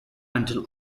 until